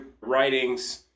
writings